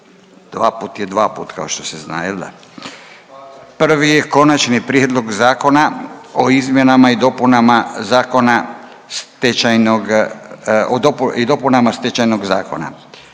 dvaput je dvaput kao što se zna jel da. Prvi je Konačni prijedlog zakona o izmjenama i dopunama zakona